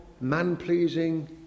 man-pleasing